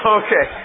okay